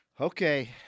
Okay